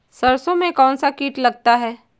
सरसों में कौनसा कीट लगता है?